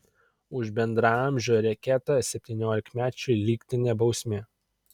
už bendraamžio reketą septyniolikmečiui lygtinė bausmė